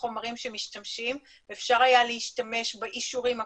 בחומרים שבהם משתמשים ואפשר היה להשתמש באישורים הקודמים.